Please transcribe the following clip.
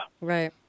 Right